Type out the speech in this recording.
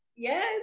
Yes